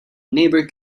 neighbour